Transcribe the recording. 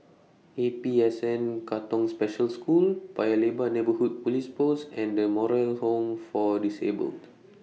A P S N Katong Special School Paya Lebar Neighbourhood Police Post and The Moral Home For Disabled